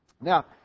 Now